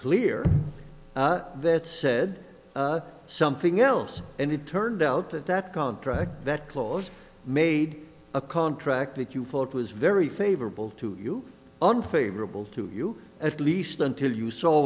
clear that said something else and it turned out that that contract that clause made a contract that you felt was very favorable to you unfavorable to you at least until you saw